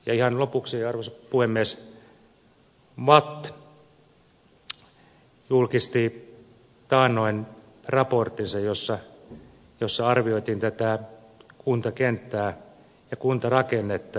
ihan lopuksi arvoisa puhemies vatt julkisti taannoin raporttinsa jossa arvioitiin tätä kuntakenttää ja kuntarakennetta